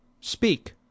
speak